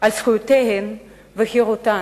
על זכויותיהן ועל חירותן.